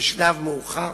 בשלב מאוחר